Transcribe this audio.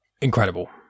incredible